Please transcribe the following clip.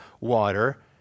water